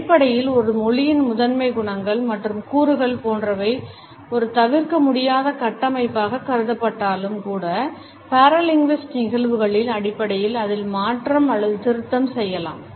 அடிப்படையில் ஒரு மொழியின் முதன்மை குணங்கள் மற்றும் கூறுகள் போன்றவை ஒரு தவிர்க்க முடியாத கட்டமைப்பாகக் கருதப்பட்டாலும் கூட paralinguistic நிகழ்வுகளின் அடிப்படையில் அதில் மாற்றம் அல்லது திருத்தம் செய்யலாம்